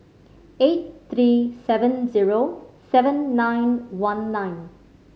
eight three seven zero seven nine one nine